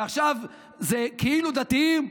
ועכשיו זה כאילו דתיים,